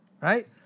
right